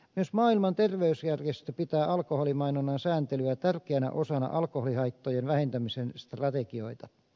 myös maailman terveysjärjestö pitää alkoholimainonnan sääntelyä tärkeänä osana alkoholihaittojen vähentämisen strategioita